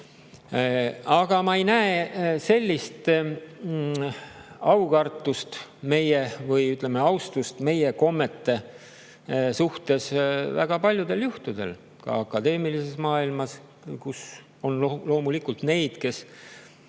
Aga ma ei näe sellist aukartust või, ütleme, austust meie kommete suhtes väga paljudel juhtudel, ka akadeemilises maailmas. Seal on loomulikult neid, kes